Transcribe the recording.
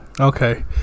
okay